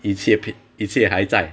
一切 pit 一切还在